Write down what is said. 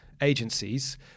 agencies